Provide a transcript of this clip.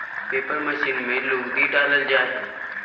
paper machine में लुगदी डालल जा हय